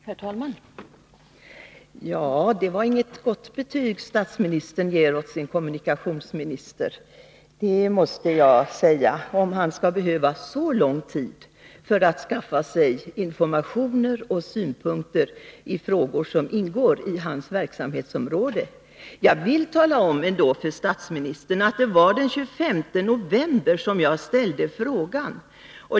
Herr talman! Det är inget gott betyg statsministern ger sin kommunikationsminister, när han säger att denne behöver så lång tid för att skaffa sig informationer om och synpunkter på frågor som ingår i hans verksamhetsområde. Jag vill tala om för statsministern att det var den 25 november som jag ställde frågan.